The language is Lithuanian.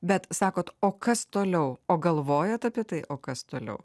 bet sakot o kas toliau o galvojat apie tai o kas toliau